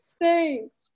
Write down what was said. Thanks